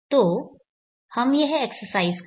तो हम यह एक्सरसाइज करते हैं